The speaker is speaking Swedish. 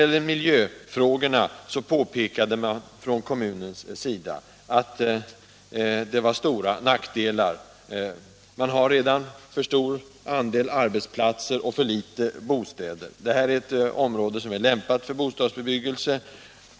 I miljöfrågorna påpekades från kommunens sida stora nackdelar: redan nu har man alltför många arbetsplatser och ett alltför litet antal bostäder. Detta område är lämpat för bostadsbebyggelse.